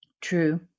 True